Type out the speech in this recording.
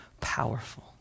powerful